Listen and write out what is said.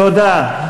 תודה.